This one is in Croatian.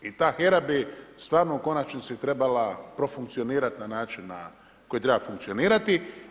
I HERA bi stvarno u konačnici trebala profunkcionirati na način na koji treba funkcionirati.